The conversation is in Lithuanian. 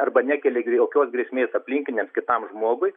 arba nekeli jokios grėsmės aplinkiniams kitam žmogui